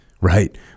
right